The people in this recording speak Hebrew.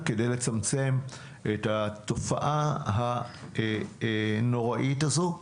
כדי לצמצם את התופעה הנוראית הזו.